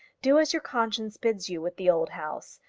do as your conscience bids you with the old house.